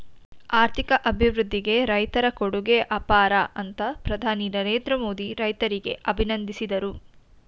ಆರ್ಥಿಕ ಅಭಿವೃದ್ಧಿಗೆ ರೈತರ ಕೊಡುಗೆ ಅಪಾರ ಅಂತ ಪ್ರಧಾನಿ ನರೇಂದ್ರ ಮೋದಿ ರೈತರಿಗೆ ಅಭಿನಂದಿಸಿದರು